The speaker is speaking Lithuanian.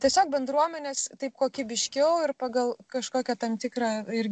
tiesiog bendruomenės taip kokybiškiau ir pagal kažkokią tam tikrą